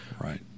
Right